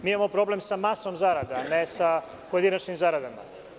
Mi imamo problem sa masom zarada, a ne sa pojedinačnim zaradama.